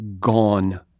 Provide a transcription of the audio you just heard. gone